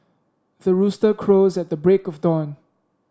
the rooster crows at the break of dawn